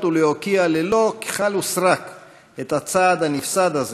ולהוקיע ללא כחל ושרק את הצעד הנפסד הזה,